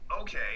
Okay